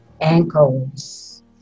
Ankles